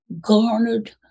garnered